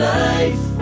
life